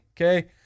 Okay